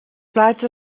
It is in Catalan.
plats